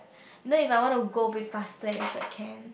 then if I want to go a bit faster at least I can